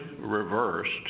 reversed